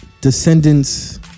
descendants